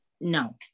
No